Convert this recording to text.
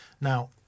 Now